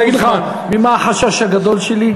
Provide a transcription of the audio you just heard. אבל אני רוצה להגיד לך ממה החשש הגדול שלי.